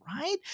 right